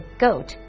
goat